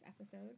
episode